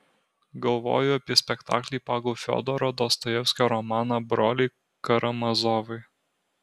galvoju apie spektaklį pagal fiodoro dostojevskio romaną broliai karamazovai